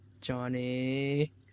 Johnny